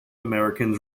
americans